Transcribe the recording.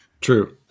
True